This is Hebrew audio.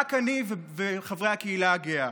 רק אני וחברי הקהילה הגאה.